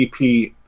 EP